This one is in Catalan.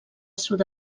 sud